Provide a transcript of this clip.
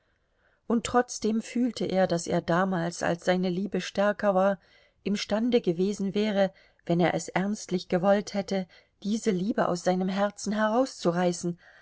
und trotzdem fühlte er daß er damals als seine liebe stärker war imstande gewesen wäre wenn er es ernstlich gewollt hätte diese liebe aus seinem herzen herauszureißen